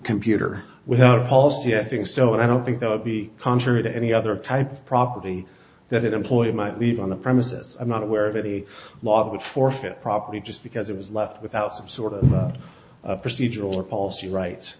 computer without policy i think so and i don't think that would be contrary to any other type of property that employers might leave on the premises i'm not aware of the law but forfeit property just because it was left without some sort of procedural or policy rights